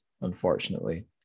unfortunately